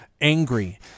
angry